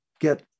get